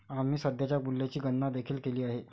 आम्ही सध्याच्या मूल्याची गणना देखील केली आहे